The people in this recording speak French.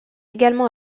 également